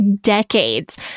decades